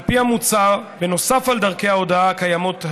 על פי המוצע, נוסף על דרכי ההודעה הקיימות כיום,